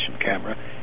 camera